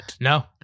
No